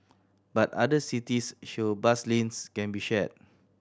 but other cities show bus lanes can be shared